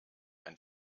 ein